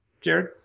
Jared